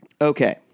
Okay